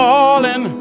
Falling